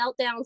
meltdowns